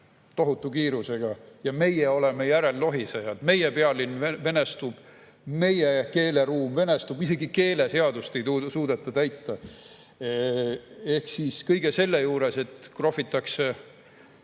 tohutu kiirusega, ja meie oleme järelelohisejad. Meie pealinn venestub, meie keeleruum venestub, isegi keeleseadust ei suudeta täita. Ehk siis kõige selle juures, et krohvitakse